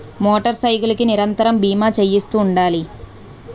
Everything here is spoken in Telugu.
మోటార్ సైకిల్ కి నిరంతరము బీమా చేయిస్తుండాలి